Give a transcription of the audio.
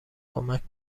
کمک